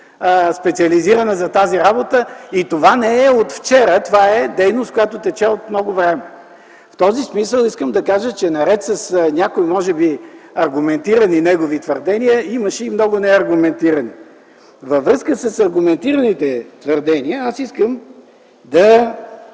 специализирана за тази работа и това не е от вчера, това е дейност, която тече от много време. В този смисъл искам да кажа, че, наред с някои може би аргументирани негови твърдения, имаше и много неаргументирани. Във връзка с аргументираните твърдения аз искам да